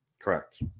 Correct